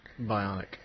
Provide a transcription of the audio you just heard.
Bionic